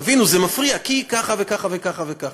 תבינו, זה מפריע, כי ככה וככה וככה.